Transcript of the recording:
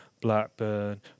Blackburn